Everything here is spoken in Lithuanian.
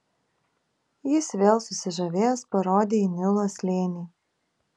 jis vėl susižavėjęs parodė į nilo slėnį